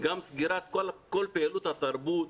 גם סגירת כל פעילות התרבות